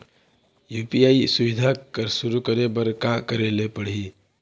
UPI सुविधा शुरू करे बर का करे ले पड़ही?